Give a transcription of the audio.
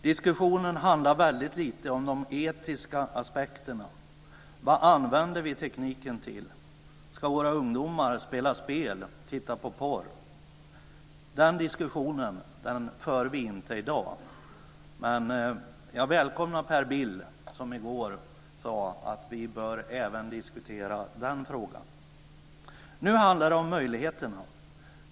Diskussionen handlar väldigt lite om de etiska aspekterna. Vad använder vi tekniken till? Ska våra ungdomar spela spel och titta på porr? Den diskussionen för vi inte i dag, men Per Bill sade i går att vi även bör diskutera den frågan. Det välkomnar jag. Nu handlar det om möjligheterna.